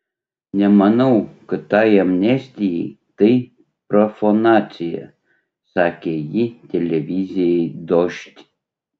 nemanau kad tai amnestijai tai profanacija sakė ji televizijai dožd